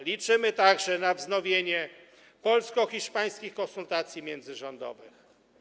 Liczymy także na wznowienie polsko-hiszpańskich konsultacji międzyrządowych.